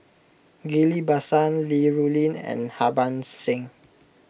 Ghillie Basan Li Rulin and Harbans Singh